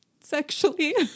sexually